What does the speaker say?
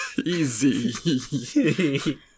Easy